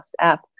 app